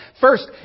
First